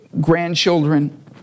grandchildren